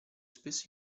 spesso